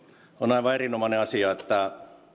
on aivan erinomainen asia että